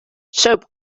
soap